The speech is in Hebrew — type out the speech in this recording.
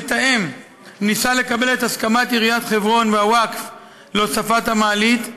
המתאם ניסה לקבל את הסכמת עיריית חברון והווקף להוספת המעלית,